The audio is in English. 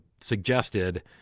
suggested